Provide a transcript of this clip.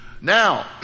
Now